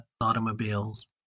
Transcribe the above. automobiles